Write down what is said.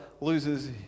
loses